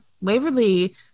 Waverly